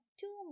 two